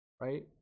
right